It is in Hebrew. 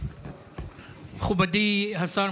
מכובדי השר,